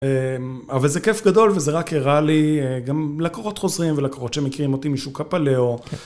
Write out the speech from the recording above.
אבל זה כיף גדול וזה רק הראה לי גם לקוחות חוזרים ולקוחות שמכירים אותי משוק הפלאו